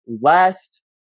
Last